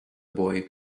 boy